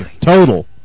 Total